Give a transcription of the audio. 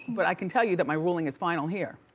but i can tell you that my ruling is final here.